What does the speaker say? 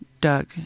Doug